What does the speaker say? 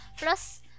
Plus